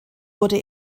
wurde